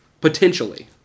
Potentially